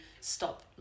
stop